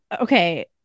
okay